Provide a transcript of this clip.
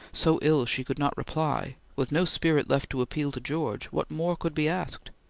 so ill she could not reply, with no spirit left to appeal to george, what more could be asked?